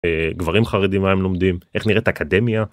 גברים חרדים מה הם לומדים, איך נראית אקדמיה.